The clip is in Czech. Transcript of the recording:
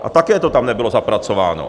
A také to tam nebylo zapracováno.